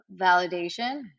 validation